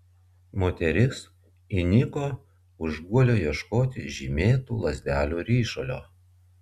moteris įniko už guolio ieškoti žymėtų lazdelių ryšulio